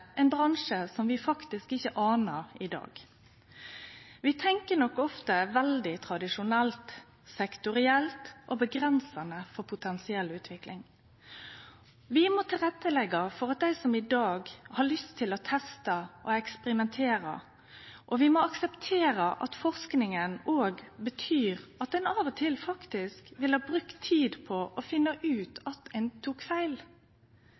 ein bransje vi ikkje anar i dag? Vi tenkjer nok ofte veldig tradisjonelt, sektorielt og avgrensande for potensiell utvikling. Vi må tilretteleggje for dei som i dag har lyst til å teste og eksperimentere, og vi må akseptere at forskinga òg betyr at ein av og til vil ha brukt tid på å finne ut at ein tok feil.